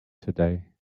today